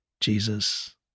Jesus